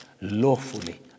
lawfully